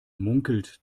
munkelt